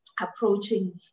approaching